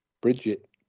Bridget